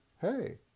hey